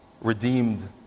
redeemed